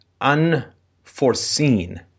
unforeseen